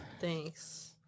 Thanks